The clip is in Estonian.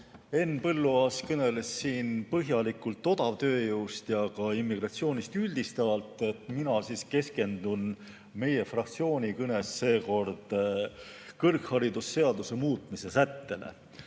Henn Põlluaas kõneles siin põhjalikult odavtööjõust ja immigratsioonist üldistavalt. Mina keskendun meie fraktsiooni kõnes seekord kõrgharidusseaduse muutmise sättele.